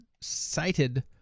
cited